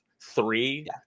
Three